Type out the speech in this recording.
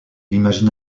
imagine